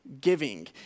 giving